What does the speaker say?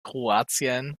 kroatien